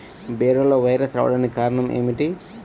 బీరలో వైరస్ రావడానికి కారణం ఏమిటి?